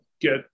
get